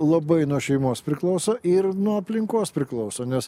labai nuo šeimos priklauso ir nuo aplinkos priklauso nes